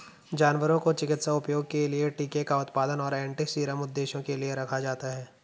जानवरों को चिकित्सा उपयोग के लिए टीके का उत्पादन और एंटीसीरम उद्देश्यों के लिए रखा जाता है